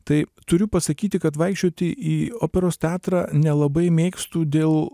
tai turiu pasakyti kad vaikščioti į operos teatrą nelabai mėgstu dėl